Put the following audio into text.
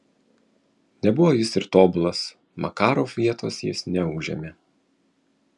nebuvo jis ir tobulas makarov vietos jis neužėmė